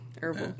herbal